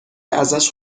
ازش